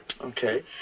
Okay